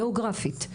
גאוגרפית,